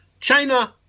China